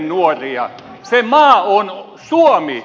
se maa on suomi